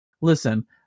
listen